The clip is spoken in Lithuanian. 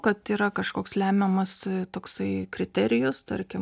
kad yra kažkoks lemiamas toksai kriterijus tarkim